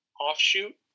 offshoot